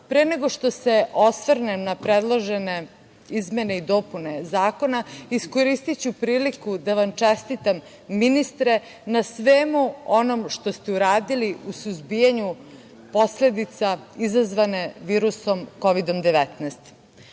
nego što se osvrnem na predložene izmene i dopune zakona, iskoristiću priliku da vam čestitam, ministre, na svemu onom što ste uradili u suzbijanju posledica izazvanih virusom Kovid-19.Na